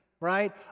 Right